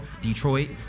Detroit